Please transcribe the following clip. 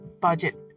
budget